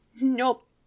Nope